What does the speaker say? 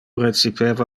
recipeva